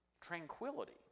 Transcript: tranquility